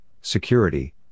security